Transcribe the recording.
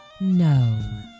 no